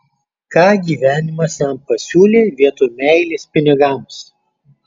ką gyvenimas jam pasiūlė vietoj meilės pinigams